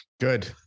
Good